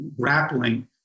grappling